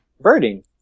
Birding